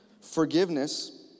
Forgiveness